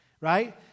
right